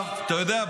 אתה יודע,